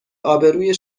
آبروی